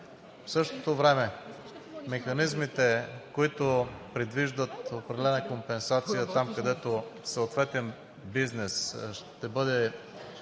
В същото време механизмите, които предвиждат определена компенсация там, където съответен бизнес ще бъде